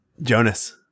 Jonas